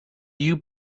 you